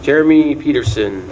jeremy peterson